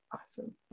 awesome